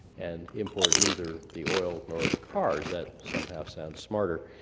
and import neither the oil nor the cars that somehow sounds smarter,